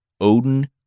Odin